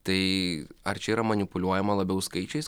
tai ar čia yra manipuliuojama labiau skaičiais